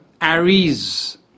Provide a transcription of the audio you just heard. Aries